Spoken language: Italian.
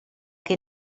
che